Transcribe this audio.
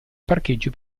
parcheggio